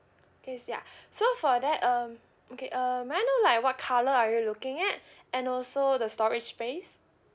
K ya so for that um okay um may I know like what colour are you looking at and also the storage space